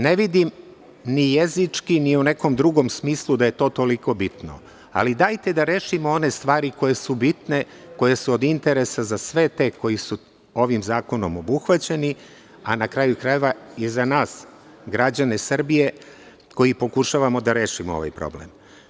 Ne vidim ni jezički ni u nekom drugom smislu da je to toliko bitno, ali dajte da rešimo one stvari koje su bitne, koje su od interesa za sve te koji su ovim zakonom obuhvaćeni, a na kraju krajeva, i za nas građane Srbije koji pokušavamo da rešimo ovaj problem.